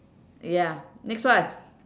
ya next one